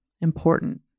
important